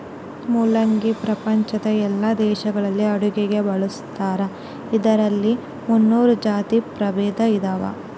ಮುಲ್ಲಂಗಿ ಪ್ರಪಂಚದ ಎಲ್ಲಾ ದೇಶಗಳಲ್ಲಿ ಅಡುಗೆಗೆ ಬಳಸ್ತಾರ ಇದರಲ್ಲಿ ಮುನ್ನೂರು ಜಾತಿ ಪ್ರಭೇದ ಇದಾವ